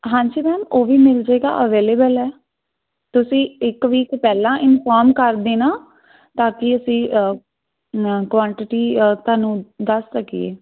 ਹਾਂਜੀ ਮੈਮ ਉਹ ਵੀ ਮਿਲ ਜਾਏਗਾ ਅਵੇਲੇਬਲ ਹੈ ਤੁਸੀਂ ਇੱਕ ਵੀਕ ਪਹਿਲਾਂ ਇਨਫੋਰਮ ਕਰ ਦੇਣਾ ਤਾਂ ਕਿ ਅਸੀਂ ਕੁਆਂਟਿਟੀ ਤੁਹਾਨੂੰ ਦੱਸ ਸਕੀਏ